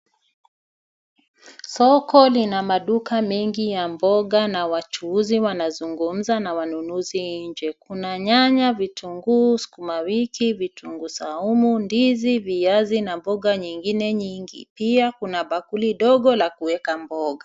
Soko lina maduka mengi ya mboga na wachuuzi wanazungumza na wanunuzi nje. Kuna nyanya, vitunguu, skumawiki, vitunguusaumu, ndizi viazi na mboga nyingine nyingi, pia kuna bakuli ndogo la kuweka mboga.